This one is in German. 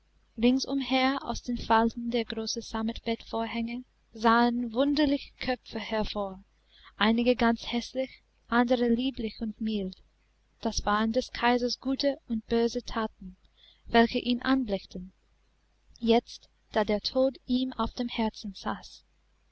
ringsumher aus den falten der großen sammetbettvorhänge sahen wunderliche köpfe hervor einige ganz häßlich andere lieblich und mild das waren des kaisers gute und böse thaten welche ihn anblickten jetzt da der tod ihm auf dem herzen saß